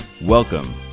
Welcome